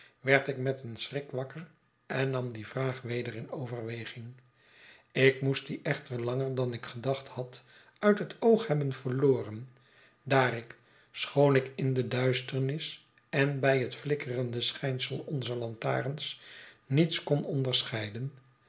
werd ik met een schrik wakker en nam die vraag weder in overweging ik moest die echter langer dan ik gedacht had uit het oog hebben verloren daar ik schoon ik in de duisternis en bij het flikkerende schijnsel onzer lantarens niets kon onderscheiden